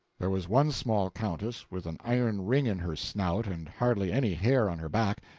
there was one small countess, with an iron ring in her snout and hardly any hair on her back,